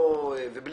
אני